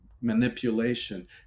manipulation